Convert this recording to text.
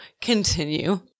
continue